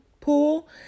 pool